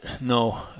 No